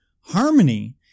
Harmony